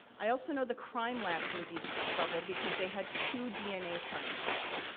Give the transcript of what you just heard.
i also know the crime lab's in deep trouble, because they had two dna scientists.